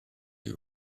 you